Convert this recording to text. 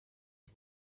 and